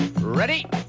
Ready